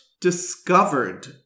discovered